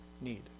need